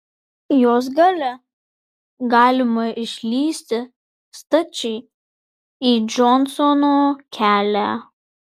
jos gale galima išlįsti stačiai į džonsono kelią